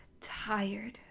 tired